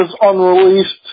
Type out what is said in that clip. Unreleased